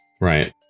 Right